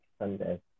Sunday